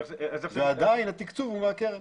ועדיין התקצוב הוא מהקרן.